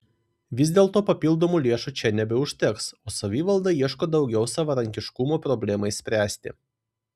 vis dėlto papildomų lėšų čia nebeužteks o savivalda ieško daugiau savarankiškumo problemai spręsti